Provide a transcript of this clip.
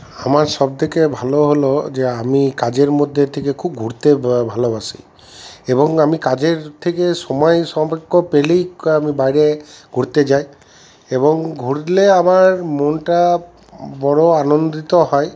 আমার সবথেকে ভালো হল যে আমি কাজের মধ্যে থেকে খুব ঘুরতে ভালোবাসি এবং আমি কাজের থেকে সময় পেলেই আমি বাইরে ঘুরতে যাই এবং ঘুরলে আমার মনটা বড়ো আনন্দিত হয়